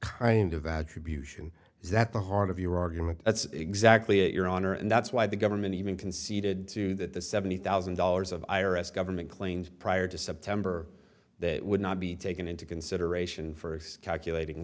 kind of attribution is that the heart of your argument that's exactly it your honor and that's why the government even conceded to that the seventy thousand dollars of i r s government claims prior to september that would not be taken into consideration first calculating